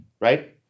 right